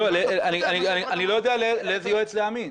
לא, אני לא יודע לאיזה יועץ להאמין.